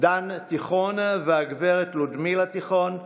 דן תיכון והגברת לודמילה תיכון,